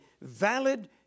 valid